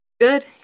Good